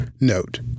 Note